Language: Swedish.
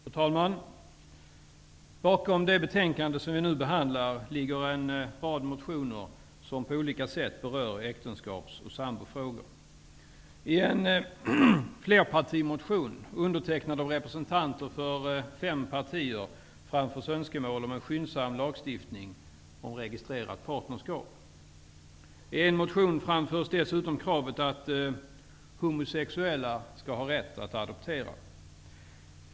Fru talman! Bakom det betänkande som vi nu behandlar ligger en rad motioner som på olika sätt berör äktenskaps och sambofrågor. I en flerpartimotion, undertecknad av representanter för fem partier, framförs önskemål om en skyndsam lagstiftning om registrerat partnerskap. I en motion framförs dessutom kravet att homosexuella skall ha rätt att adoptera.